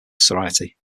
sorority